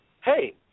Hey